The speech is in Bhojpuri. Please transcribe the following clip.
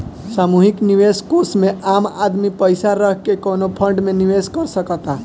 सामूहिक निवेश कोष में आम आदमी पइसा रख के कवनो फंड में निवेश कर सकता